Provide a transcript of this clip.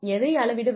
எதை அளவிடுவது